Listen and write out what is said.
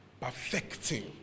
Perfecting